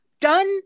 done